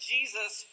Jesus